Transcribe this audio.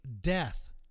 death